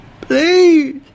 Please